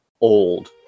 old